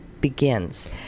begins